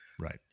Right